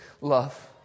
love